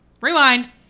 Rewind